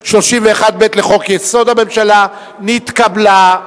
31(ב) לחוק-יסוד: הממשלה, נתקבלה.